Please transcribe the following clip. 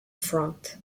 front